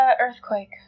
earthquake